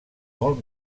molt